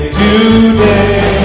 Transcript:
today